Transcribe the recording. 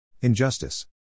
Injustice